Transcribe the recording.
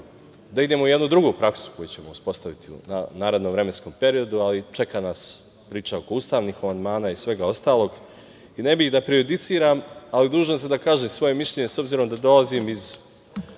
da idemo u jednu drugu praksu koju ćemo uspostaviti u narednom vremenskom periodu, ali čeka nas priča oko ustavnih amandmana i svega ostalog i ne bih da prejudiciram, ali dužan sam da kažem svoje mišljenje.S obzirom da dolazim iz